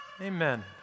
Amen